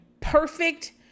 perfect